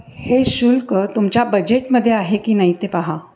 हे शुल्क तुमच्या बजेटमध्ये आहे की नाही ते पाहा